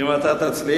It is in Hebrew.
אם אתה תצליח.